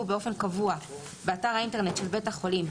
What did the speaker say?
באופן קבוע באתר האינטרנט של בית החולים,